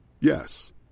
Yes